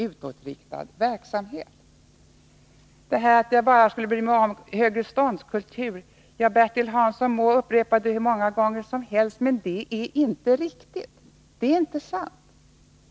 Påståendet att jag bara skulle bry mig om högreståndskultur må Bertil Hansson upprepa hur många gånger som helst, men det är inte riktigt.